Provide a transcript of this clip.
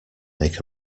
make